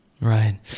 Right